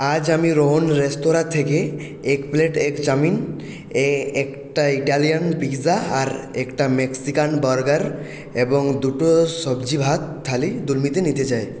আজ আমি রোহন রেস্তোরাঁ থেকে এক প্লেট এগ চাউমিন একটা ইতালিয়ান পিজ্জা আর একটা মেক্সিকান বার্গার এবং দুটো সবজি ভাত থালি দুর্মিতে নিতে চাই